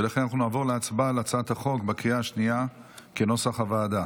לכן נעבור להצבעה על הצעת החוק כנוסח הוועדה